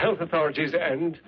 health authorities and